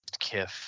kiff